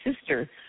sister